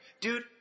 Dude